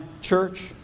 church